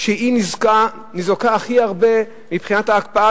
שהיא ניזוקה הכי הרבה מבחינת ההקפאה,